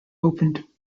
opened